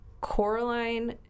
Coraline